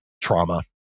trauma